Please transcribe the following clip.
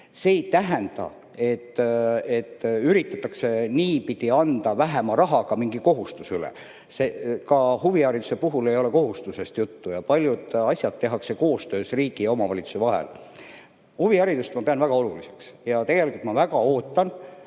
See ei tähenda, et üritatakse niipidi anda vähema rahaga mingi kohustus üle. Ka huvihariduse puhul ei ole kohustusest juttu, paljud asjad tehakse koostöös riigi ja omavalitsuse vahel. Huviharidust pean ma väga oluliseks. Ühelt poolt on